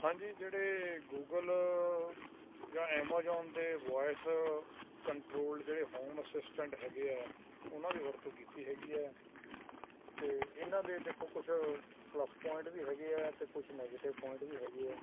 ਹਾਂਜੀ ਜਿਹੜੇ ਗੂਗਲ ਜਾਂ ਐਮੇਜੋਨ ਦੇ ਵੋਇਸ ਕੰਟਰੋਲ ਜਿਹੜੇ ਹੋਮ ਅਸਿਸਟੈਂਟ ਹੈਗੇ ਆ ਉਹਨਾਂ ਦੀ ਵਰਤੋਂ ਕੀਤੀ ਹੈਗੀ ਹ ਤੇ ਇਹਨਾਂ ਦੇ ਦੇਖੋ ਕੁਛ ਪਲੱਸ ਪੁਆਇੰਟ ਵੀ ਹੈਗੇ ਆ ਤੇ ਕੁਛ ਨੈਗੇਟਿਵ ਪੁਆਇੰਟ ਵੀ ਹੈਗੇ ਆ